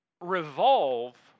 revolve